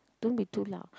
don't be too loud